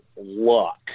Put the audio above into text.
luck